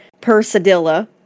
Persadilla